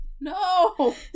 no